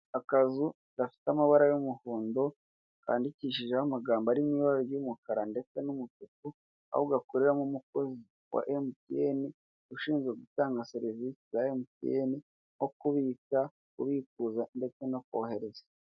Akazu gafite amabara y'umuhondo kandikishijeho amagambo ari mu ibara ry'umukara ndetse n'umutuku, aho gakoreramo umukozi wa emutiyene ushinzwe gutanga serivize za emutiyene nko kubitsa, kubikuza ndetse no kohereza.